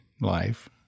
life